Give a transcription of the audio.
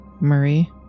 Marie